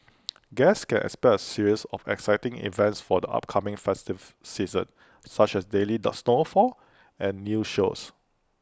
guests can expect aseries of exciting events for the upcoming festive season such as daily snowfall and new shows